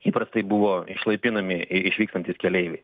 įprastai buvo išlaipinami išvykstantys keleiviai